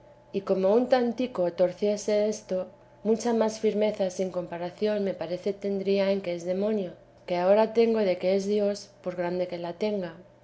y como un tantico íorciese desto mucha más firmeza sin comparación me parece temía en que es demonio que ahora tengo de que es dios por grande que la tenga